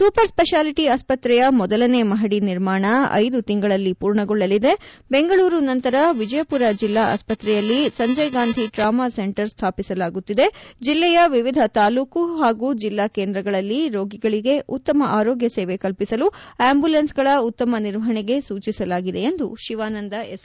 super speciality ಆಸ್ಪತ್ರೆಯ ಮೊದಲನೇ ಮಹದಿ ನಿರ್ಮಾಣ ಐದು ತಿಂಗಳಲ್ಲಿ ಪೂರ್ಣಗೊಳ್ಳಲಿದೆ ಬೆಂಗಳೂರು ನಂತರ ವಿಜಯಪುರ ಜಿಲ್ಲಾ ಆಸ್ಪತ್ರೆಯಲ್ಲಿ ಸಂಜಯಗಾಂಧಿ ಸ್ಥಾಪಿಸಲಾಗುತ್ತಿದೆ ಜಿಲ್ಲೆಯ ವಿವಿಧ ತಾಲೂಕು ಹಾಗೂ ಜಿಲ್ಲಾ ಕೇಂದ್ರಗಳಲ್ಲಿ ರೋಗಿಗಳಿಗೆ ಉತ್ತಮ ಆರೋಗ್ಯ ಸೇವೆ ಕಲ್ವಿಸಲು ಆಂಬುಲೆನ್ಸ್ಗಳ ಉತ್ತಮ ನಿರ್ವಹಣೆಗೆ ಸೂಚಿಸಲಾಗಿದೆ ಎಂದು ಶಿವಾನಂದ ಎಸ್